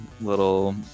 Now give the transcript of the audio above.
little